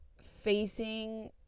facing